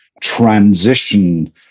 transition